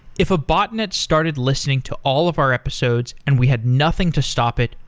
if a botnet started listening to all of our episodes and we had nothing to stop it,